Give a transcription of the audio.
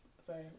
sorry